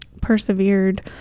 persevered